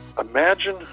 Imagine